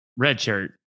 redshirt